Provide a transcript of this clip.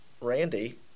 randy